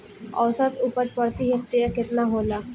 औसत उपज प्रति हेक्टेयर केतना होला?